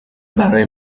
برای